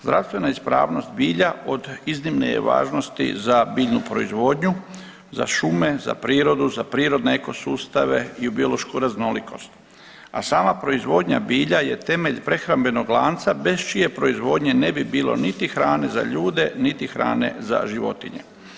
Zdravstvena ispravnost bilja od iznimne je važnosti za biljnu proizvodnju, za šume, za prirodu, za prirodne eko sustave i u biološku raznolikost, a sama proizvodnja bilja je temelj prehrambenog lanca bez čije proizvodnje ne bi bilo niti hrane za ljude, niti hrane za životinje.